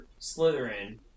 Slytherin